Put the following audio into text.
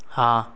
हाँ